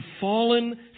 fallen